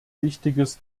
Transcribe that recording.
wichtiges